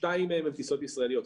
שתיים מהן הן טיסות ישראליות.